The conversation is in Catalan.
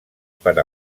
per